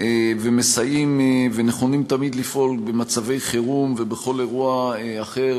ומסייעים ונכונים תמיד לפעול במצבי חירום ובכל אירוע אחר,